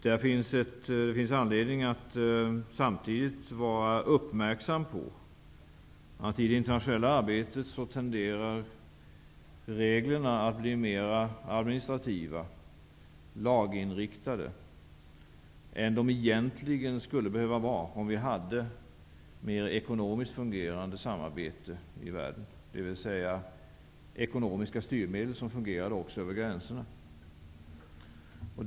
Det finns anledning att samtidigt vara uppmärksam på att reglerna i det internationella arbetet tenderar att bli mer administrativa, laginriktade, än de egentligen skulle behöva vara om vi hade ett mera ekonomiskt fungerande samarbete i världen -- dvs. ekonomiska styrmedel som fungerade också över gränserna.